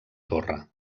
torre